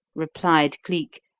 replied cleek,